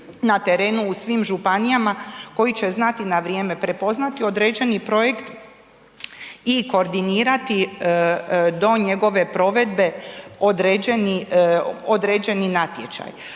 na terenu u svim županijama koji će znati na vrijeme prepoznati određeni projekt i koordinirati do njegove provedbe određeni natječaj.